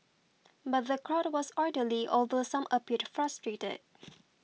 but the crowd was orderly although some appeared frustrated